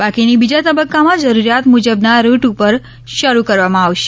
બાકીની બીજા તબક્કામાં જરૂરિયાત મુજબના રૂટ ઉપર શરૂ કરવામાં આવશે